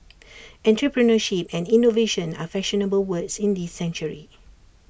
entrepreneurship and innovation are fashionable words in this century